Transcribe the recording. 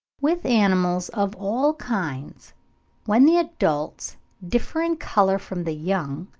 with animals of all kinds when the adults differ in colour from the young,